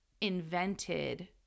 invented